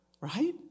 right